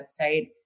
website